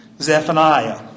Zephaniah